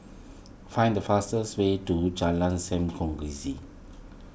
find the fastest way to Jalan Sam Kongsi